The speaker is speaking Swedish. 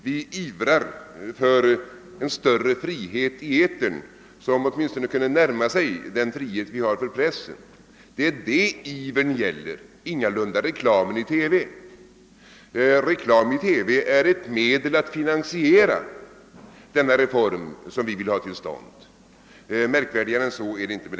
Vi ivrar för en större frihet i etern, som åtminstone kunde närma sig den frihet vi har för pressen. Det är detta ivern gäller, ingalunda reklamen i TV. Reklam i TV är ett medel att finansiera den reform som vi vill ha till stånd. Märkvärdigare än så är det inte.